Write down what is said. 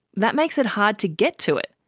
that makes it hard to get to it.